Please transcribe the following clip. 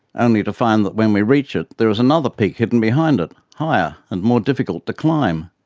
only to find that when we reach it there is another peak hidden behind it, higher and more difficult to climb.